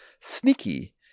Sneaky